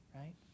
right